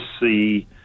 see